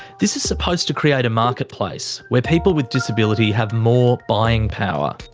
this is supposed to create a marketplace where people with disability have more buying power.